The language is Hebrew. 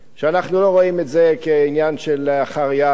שאנחנו לא רואים את זה כעניין שלאחר יד,